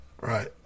right